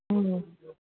ꯎꯝ